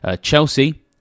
Chelsea